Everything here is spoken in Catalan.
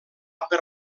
per